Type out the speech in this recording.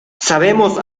sabemos